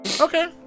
Okay